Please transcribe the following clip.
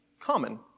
common